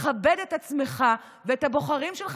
תכבד את עצמך ואת הבוחרים שלך,